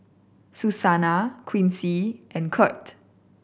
Susana Quincy and Kirt